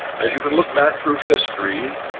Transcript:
as you can look back through history,